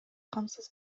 камсыз